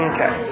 Okay